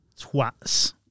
Twats